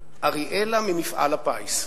אראלה ממפעל הפיס.